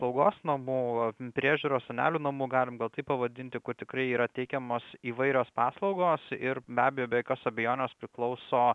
slaugos namų priežiūros senelių namų galim gal taip pavadinti kur tikrai yra teikiamos įvairios paslaugos ir be abejo be jokios abejonės priklauso